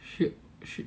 should should